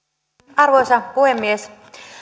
arvoisa puhemies